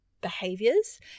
behaviors